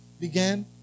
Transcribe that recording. Began